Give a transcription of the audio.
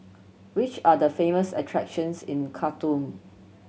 which are the famous attractions in Khartoum